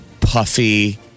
Puffy